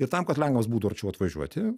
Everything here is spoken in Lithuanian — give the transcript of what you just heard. ir tam kad lenkams būtų arčiau atvažiuoti